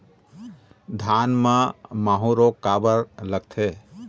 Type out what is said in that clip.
धान म माहू रोग काबर लगथे?